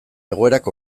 egoerak